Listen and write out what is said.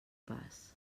pas